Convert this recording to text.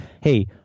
hey